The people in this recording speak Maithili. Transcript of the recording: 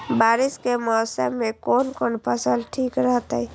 बारिश के मौसम में कोन कोन फसल ठीक रहते?